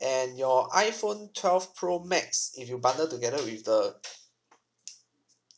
and your iphone twelve pro max if you bundle together with the